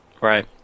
Right